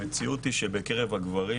המציאות היא שבקרב הגברים